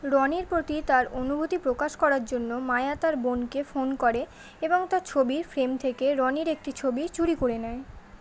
রনির প্রতি তার অনুভূতি প্রকাশ করার জন্য মায়া তার বোনকে ফোন করে এবং তার ছবির ফ্রেম থেকে রনির একটি ছবি চুরি করে নেয়